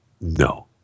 No